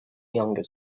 younger